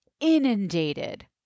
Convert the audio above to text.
inundated